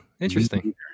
Interesting